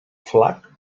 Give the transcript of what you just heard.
flac